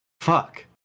fuck